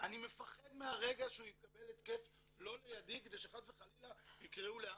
אני מפחד מהרגע שהוא יקבל התקף לא לידי כדי שחס וחלילה יקראו לאמבולנס.